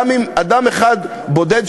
גם אם אדם אחד בודד,